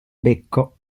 becco